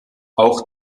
auch